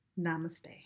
namaste